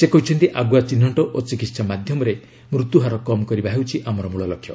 ସେ କହିଛନ୍ତି ଆଗୁଆ ଚିହ୍ନଟ ଓ ଚିକିତ୍ସା ମାଧ୍ୟମରେ ମୃତ୍ୟୁ ହାର କମ୍ କରିବା ହେଉଛି ଆମର ମୂଳ ଲକ୍ଷ୍ୟ